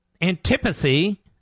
antipathy